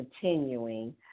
continuing